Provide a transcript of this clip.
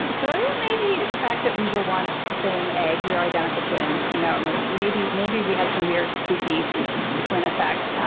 um so yeah maybe the fact that we were once the same egg. we are identical twins. you know and maybe maybe we have some weird, spooky twin effect.